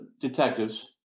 detectives